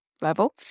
level